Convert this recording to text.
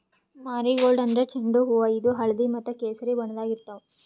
marigold ಅಂದ್ರ ಚೆಂಡು ಹೂವಾ ಇದು ಹಳ್ದಿ ಮತ್ತ್ ಕೆಸರಿ ಬಣ್ಣದಾಗ್ ಇರ್ತವ್